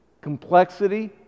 complexity